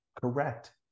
Correct